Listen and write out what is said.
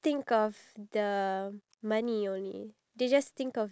I don't know like showy all I gave it what